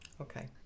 okay